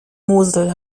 mosel